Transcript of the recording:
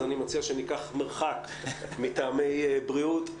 אז אני מציע שניקח מרחק מטעמי בריאות.